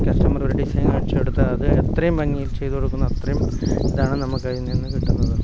customer ഒരു design അടിച്ചു കൊടുത്താൽ അത് എത്രയും ഭംഗിയിൽ ചെയ്തു കൊടുക്കുന്നോ അത്രയും ഇതാണ് നമുക്ക് അതിൽനിന്ന് കിട്ടുന്നത്